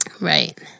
Right